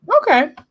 Okay